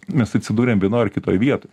mes atsidūrėm vienoj ar kitoj vietoj